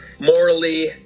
morally